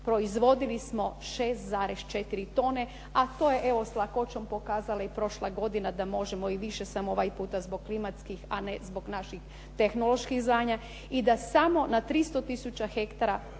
Proizvodili smo 6,4 tone, a to je evo s lakoćom pokazala i prošla godina da možemo i više, samo ovaj puta zbog klimatskih, a ne zbog naših tehnoloških znanja i da samo na 300 tisuća hektara